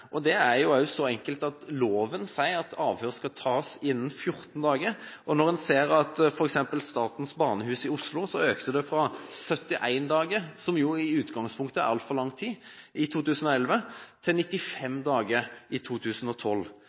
og det er jo også så enkelt som at loven sier at avhør skal tas innen 14 dager. Når en ser at det ved f.eks. Statens Barnehus i Oslo økte fra 71 dager i 2011, som i utgangspunktet er altfor lang tid, til 95 dager i 2012,